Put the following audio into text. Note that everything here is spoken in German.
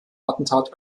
attentat